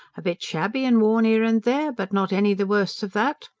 a bit shabby and worn ere and there, but not any the worse of that.